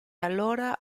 allora